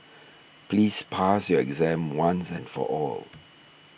please pass your exam once and for all